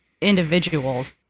individuals